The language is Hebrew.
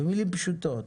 במילים פשוטות.